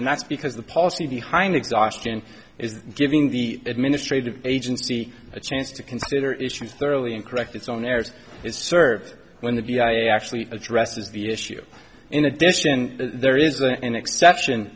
and that's because the policy behind exhaustion is giving the administrative agency a chance to consider issues thoroughly and correct its own errors is served when the v i i actually addresses the issue in addition there is an exception